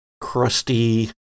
crusty